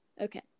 Okay